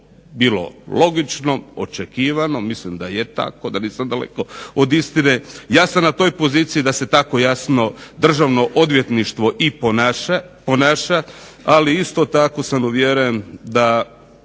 bilo logično, očekivano, mislim da je tako, nisam daleko od istine. ja sam na toj poziciji da se tako jasno i Državno odvjetništvo i ponaša ali isto tako sam uvjeren da